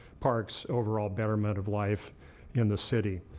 parks, over all betterment of life in the city.